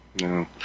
No